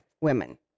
women